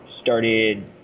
started